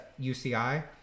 UCI